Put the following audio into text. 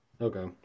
Okay